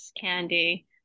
candy